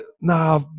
nah